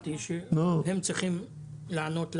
אמרתי שהם צריכים לענות לנו.